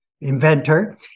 inventor